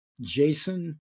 Jason